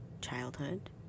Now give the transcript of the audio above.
childhood